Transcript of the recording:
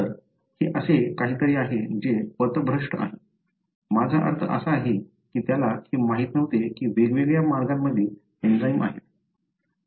तर हे असे काहीतरी आहे जे पथभ्रष्ट आहे माझा अर्थ असा आहे की त्याला हे माहित नव्हते की वेगवेगळ्या मार्गांमध्ये एंजाइम आहेत